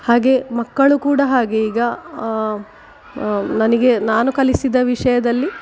ಹಾಗೆ ಮಕ್ಕಳು ಕೂಡ ಹಾಗೆ ಈಗ ನನಗೆ ನಾನು ಕಲಿಸಿದ ವಿಷಯದಲ್ಲಿ